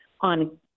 on